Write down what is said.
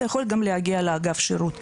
זה יכול גם להגיע לאגף שירות,